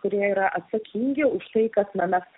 kurie yra atsakingi už tai kad na mes